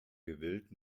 gewillt